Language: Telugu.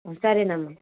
సరేనమ్మా